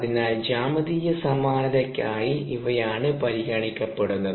അതിനാൽ ജ്യാമിതീയ സമാനതയ്ക്കായി ഇവയാണ് പരിഗണിക്കപ്പെടുന്നത്